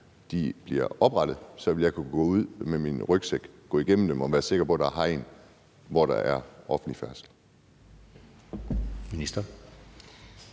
bliver oprettet, så vil kunne gå ud med min rygsæk og gå igennem dem og være sikker på, at der er hegn, hvor der er offentlig færdsel?